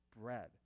bread